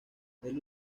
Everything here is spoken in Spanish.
del